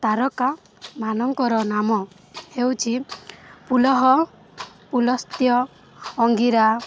ତାରକାମାନଙ୍କର ନାମ ହେଉଛି ପୁଲହ ପୁଲସ୍ତ୍ୟ ଅଙ୍ଗିରା